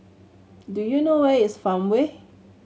do you know where is Farmway